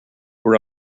were